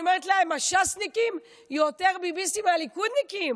אני אומרת: הש"סניקים יותר ביביסטים מהליכודניקים.